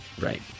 right